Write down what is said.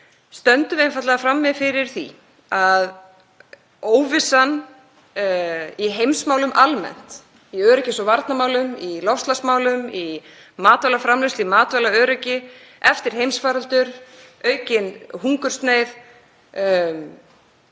stöndum við einfaldlega frammi fyrir óvissu í heimsmálum almennt, í öryggis- og varnarmálum, í loftslagsmálum, í matvælaframleiðslu, í matvælaöryggi, eftir heimsfaraldur, aukin hungursneyð